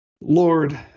Lord